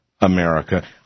America